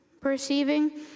Perceiving